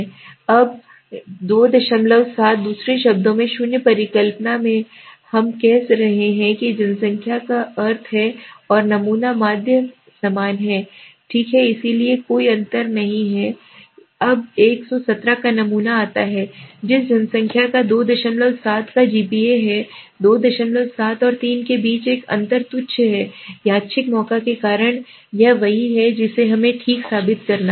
अब Now 27 दूसरे शब्दों में शून्य परिकल्पना में हम कह रहे हैं कि जनसंख्या का अर्थ है और नमूना माध्य समान हैं ठीक है इसलिए कोई अंतर नहीं है ठीक है अब 117 का नमूना आता है जिस जनसंख्या का 27 का GPA है 27 और 3 के बीच का अंतर तुच्छ और है यादृच्छिक मौका के कारण यह वही है जिसे हमें ठीक साबित करना है